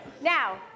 Now